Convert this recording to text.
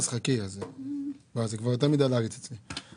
אה, תשפ"ג, אז חכי, זה יותר מידי להריץ את זה.